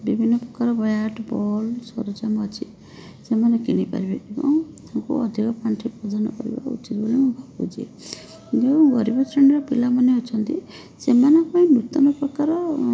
ବିଭିନ୍ନ ପ୍ରକାର bat ball ସରଞ୍ଜାମ ଅଛି ସେମାନେ କିଣିପାରିବେ ଏବଂ ତାଙ୍କୁ ଅଧିକ ପାଣ୍ଠି ପ୍ରଦାନ କରିବା ଉଚିତ ବୋଲି ମୁଁ କହୁଛି ଆଉ ଯେଉଁ ଗରିବ ଶ୍ରେଣୀର ପିଲାମାନେ ଅଛନ୍ତି ସେମାନଙ୍କ ପାଇଁ ନୂତନ ପ୍ରକାର